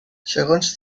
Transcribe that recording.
segons